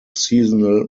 seasonal